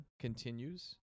continues